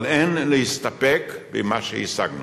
אבל אין להסתפק במה שהשגנו.